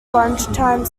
lunchtime